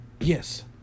yes